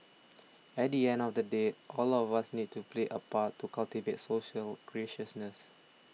at the end of the day all of us need to play a part to cultivate social graciousness